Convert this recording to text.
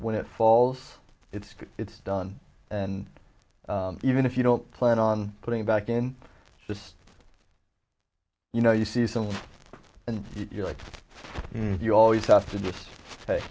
when it falls it's good it's done and even if you don't plan on putting it back in just you know you see someone and you're like you always have to just say